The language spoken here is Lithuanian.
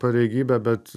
pareigybę bet